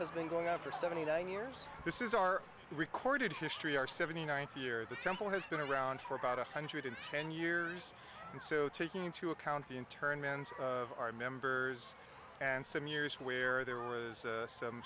has been going on for seventy nine years this is our recorded history our seventy ninth year the temple has been around for about a hundred and ten years and so taking into account the interne man's of our members and some years where there was some